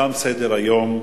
תם סדר-היום.